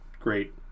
great